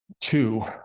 Two